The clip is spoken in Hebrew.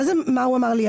מה זה מה הוא אמר לי?